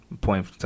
point